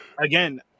Again